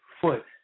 foot